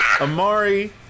Amari